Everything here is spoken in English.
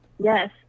Yes